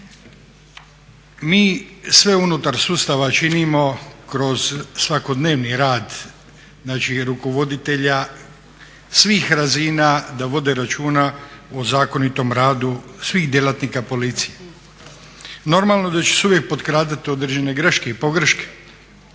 Mi sve unutar sustava činom kroz svakodnevni rad znači rukovoditelja svih razina da vode računa o zakonitom radu svih djelatnika policije. Normalno da će se uvijek potkradati određene greške i pogreške,